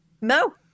No